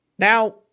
Now